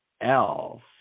else